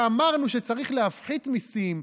שאמרנו שצריך להפחית מיסים,